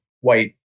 white